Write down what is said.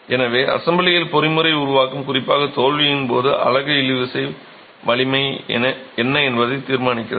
எனவே அசெம்பிளியில் பொறிமுறை உருவாக்கம் குறிப்பாக தோல்வியின் போது அலகு இழுவிசை வலிமை என்ன என்பதை தீர்மானிக்கிறது